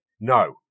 no